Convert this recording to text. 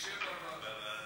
נשב בוועדה.